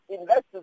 investors